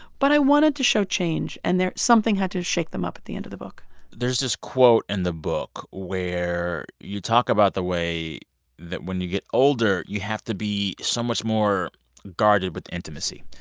but i wanted to show change, and there something had to shake them up at the end of the book there's this quote in and the book where you talk about the way that when you get older, you have to be so much more guarded with intimacy.